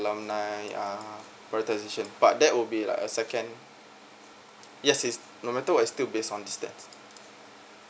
alumni uh prioritisation but there will be like a second yes is no matter what is still based on distance